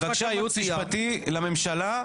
בבקשה, הייעוץ המשפטי לממשלה.